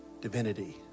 divinity